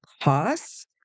cost